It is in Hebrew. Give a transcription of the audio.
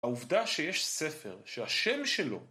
העובדה שיש ספר שהשם שלו